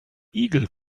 igel